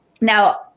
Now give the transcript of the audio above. Now